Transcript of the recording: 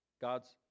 God's